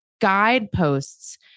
guideposts